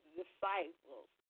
disciples